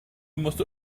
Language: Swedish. måste